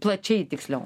plačiai tiksliau